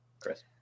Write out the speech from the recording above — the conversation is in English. Chris